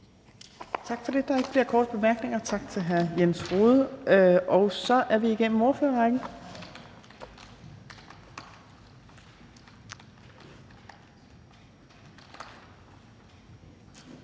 Tak for det. Der er ikke flere korte bemærkninger. Tak til hr. Jens Rohde. Så er vi igennem ordførerrækken,